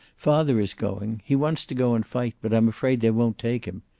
father is going. he wants to go and fight, but i'm afraid they won't take him.